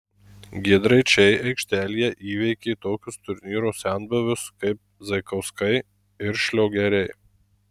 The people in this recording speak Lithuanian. giedraičiai aikštelėje įveikė tokius turnyro senbuvius kaip zaikauskai ir šliogeriai